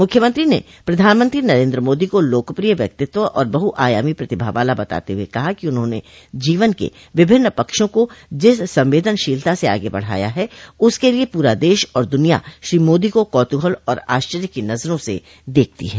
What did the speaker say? मुख्यमंत्री ने प्रधानमंत्री नरेन्द्र मोदी को लोकप्रिय व्यक्तित्व और बहुआयामी प्रतिभा वाला बताते हुए कहा कि उन्होंने जीवन के विभिन्न पक्षों को जिस संवेदनशीलता से आगे बढ़ाया है उसके लिए पूरा देश और दुनिया श्री मोदी का कौतूहल और आश्चर्य की नजरों से देखती है